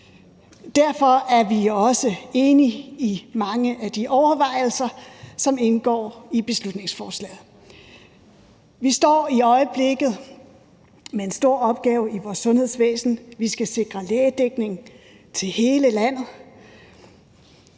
Derfor er vi også enige i mange af de overvejelser, som indgår i beslutningsforslaget. Vi står i øjeblikket med en stor opgave i vores sundhedsvæsen. Vi skal sikre lægedækning til hele landet,